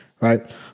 right